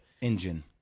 Engine